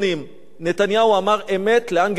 נתניהו אמר אמת לאנגלה מרקל,